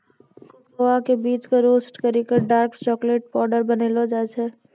cocoa के बीज कॅ रोस्ट करी क डार्क चाकलेट पाउडर बनैलो जाय छै